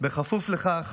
בכפוף לכך